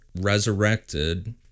resurrected